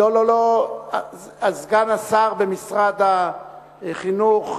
סגן השר במשרד החינוך,